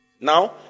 Now